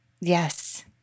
yes